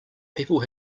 people